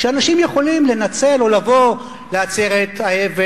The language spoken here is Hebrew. שאנשים יכולים לנצל או לבוא לעצרת האבל